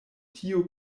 tiu